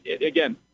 again